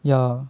ya